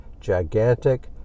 gigantic